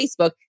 Facebook